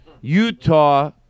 utah